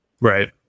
Right